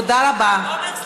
תודה רבה.